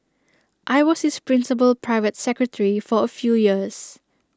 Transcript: I was his principal private secretary for A few years